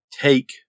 take